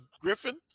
Griffin